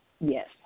Yes